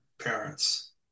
parents